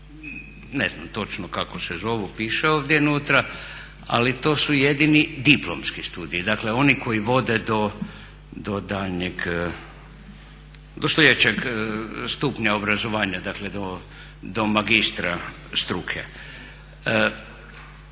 Ne znam točno kako se zovu piše ovdje unutra, ali to su jedini diplomski studiji dakle oni koji vode do daljnjeg, do sljedećeg stupnja obrazovanja, dakle do magistra struke.